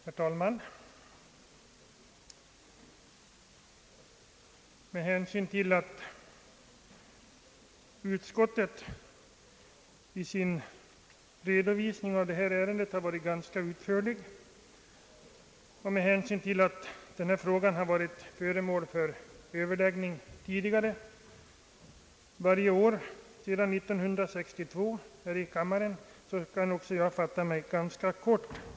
Herr talman! Med hänsyn till att utskottet i sin redovisning av detta ärende varit ganska utförligt och att denna fråga varit föremål för överläggningar här i kammaren varje år sedan 1962 kan också jag fatta mig ganska kort.